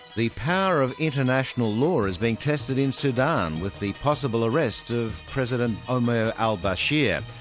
the power of international law is being tested in sudan, with the possible arrest of president omur al bashir.